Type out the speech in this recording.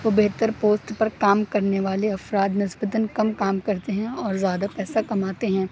وہ بہتر پوست پر کام کرنے والے افراد نسبتاً کم کام کرتے ہیں اور زیادہ پیسہ کماتے ہیں